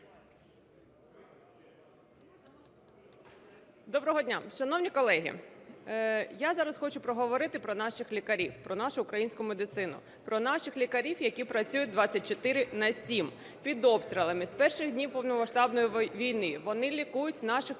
Доброго дня! Шановні колеги, я зараз хочу поговорити про лікарів, про нашу українську медицину, про наших лікарів, які працюють 24/7. Під обстрілами з перших днів повномасштабної війни вони лікують наших